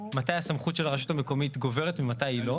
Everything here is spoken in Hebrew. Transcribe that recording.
מתי הסמכות של הרשות המקומית גוברת ומתי היא לא.